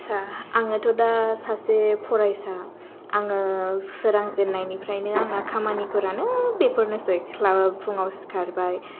आथ्सा आङोथ' दा सासे फरायसा आङो सोरां जेननायनिफ्रायनो आंना खामानिफोरानो बेफोरनोसै फुङाव सिखारबाय